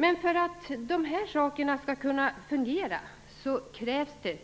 Men för att dessa saker skall kunna fungera